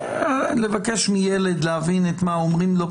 לבקש מילד להבין מה אומרים לו?